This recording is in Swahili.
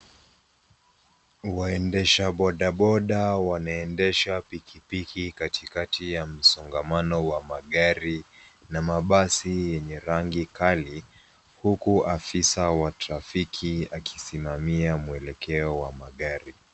Waendesha bodaboda wanaendesha pikipiki katikati ya msongamano wa magari namabasi yenye rangi kali huku afisa wa trafiki akisimamia mwelekeo wa magari.